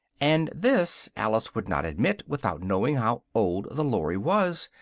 and this alice would not admit without knowing how old the lory was,